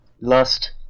Lust